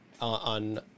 on